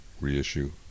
reissue